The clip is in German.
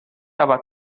aber